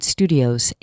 Studios